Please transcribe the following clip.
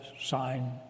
sign